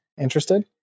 interested